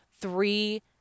three